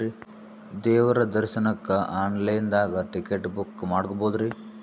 ದೇವ್ರ ದರ್ಶನಕ್ಕ online ದಾಗ ಟಿಕೆಟ ಬುಕ್ಕ ಮಾಡ್ಬೊದ್ರಿ?